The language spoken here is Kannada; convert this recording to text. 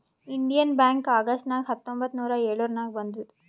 ಇಂಡಿಯನ್ ಬ್ಯಾಂಕ್ ಅಗಸ್ಟ್ ನಾಗ್ ಹತ್ತೊಂಬತ್ತ್ ನೂರಾ ಎಳುರ್ನಾಗ್ ಬಂದುದ್